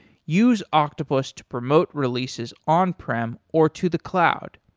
use octopus to promote releases on prem or to the cloud.